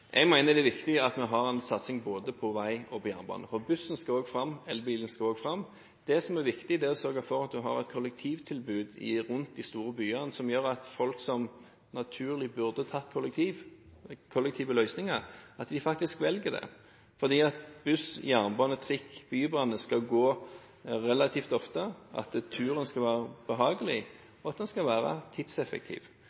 Jeg mener det er viktig at vi har en satsing både på vei og på jernbane, for bussen og elbilen skal også fram. Det som er viktig, er å sørge for at vi har et kollektivtilbud i og rundt de store byene som gjør at folk som naturlig burde brukt kollektive løsninger, faktisk velger det, for buss, jernbane, trikk og bybane skal gå relativt ofte, turen skal være